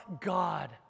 god